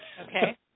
Okay